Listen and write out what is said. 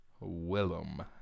Willem